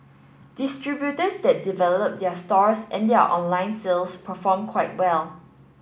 distributors that develop their stores and their online sales perform quite well